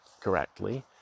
correctly